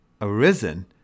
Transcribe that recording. arisen